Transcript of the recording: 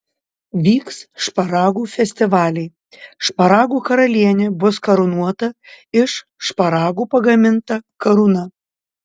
vyks šparagų festivaliai šparagų karalienė bus karūnuota iš šparagų pagaminta karūna